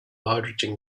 hydrogen